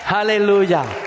Hallelujah